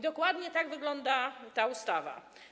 Dokładnie tak wygląda ta ustawa.